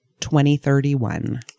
2031